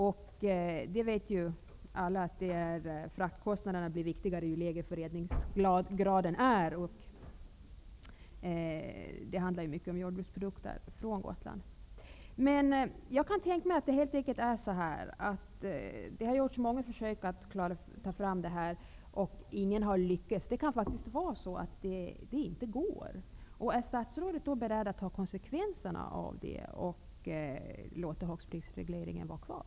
Alla vet att fraktkostnaderna blir viktigare ju lägre förädlingsgraden är, och det handlar här mycket om jordbruksprodukter från Gotland. Det har gjorts många försök att lösa denna fråga, och inget har lyckats. Jag kan tänka mig att det helt enkelt inte går. Är statsrådet i så fall beredd att ta konsekvenserna av detta och låta högstprisregleringen vara kvar?